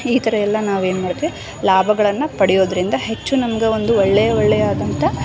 ಈ ಥರ ಎಲ್ಲ ನಾವೇನು ಮಾಡ್ತೇವಿ ಲಾಭಗಳನ್ನ ಪಡಿಯೋದರಿಂದ ಹೆಚ್ಚು ನಮ್ಗೆ ಒಂದು ಒಳ್ಳೆಯ ಒಳ್ಳೆಯ ಆದಂಥ